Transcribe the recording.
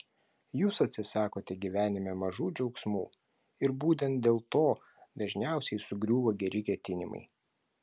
jūs atsisakote gyvenime mažų džiaugsmų ir būtent dėl to dažniausiai sugriūva geri ketinimai